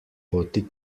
poti